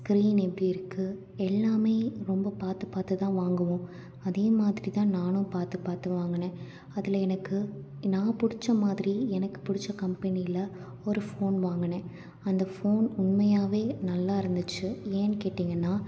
screen எப்படியிருக்கு எல்லாமே ரொம்ப பார்த்து பார்த்துதான் வாங்குவோம் அதே மாதிரிதான் நானும் பார்த்து பார்த்து வாங்குனேன் அதில் எனக்கு நான் பிடிச்சமாதிரி எனக்கு பிடித்த கம்பெனியில ஒரு ஃபோன் வாங்குனேன் அந்த ஃபோன் உண்மையாகவே நல்லா இருந்துச்சு ஏன் கேட்டிங்கனா